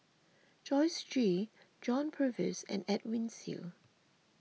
Joyce Jue John Purvis and Edwin Siew